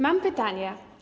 Mam pytania.